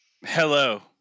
Hello